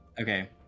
okay